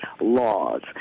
laws